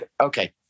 Okay